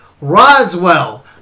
Roswell